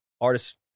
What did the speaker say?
artists